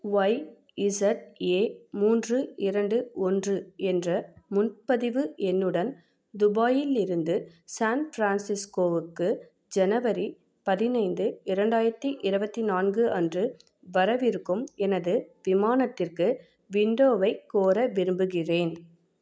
Y Z A மூன்று இரண்டு ஒன்று என்ற முன்பதிவு எண்ணுடன் துபாயிலிருந்து சான்ப்ரான்சிஸ்கோவுக்கு ஜனவரி பதினைந்து இரண்டாயிரத்தி இருபத்தி நான்கு அன்று வரவிருக்கும் எனது விமானத்திற்கு விண்டோவைக் கோர விரும்புகிறேன்